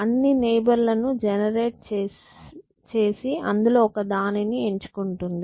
అన్ని నైబర్ లను జెనెరేట్ చేసి అందులో ఒక దానిని ఎంచుకుంటుంది